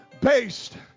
based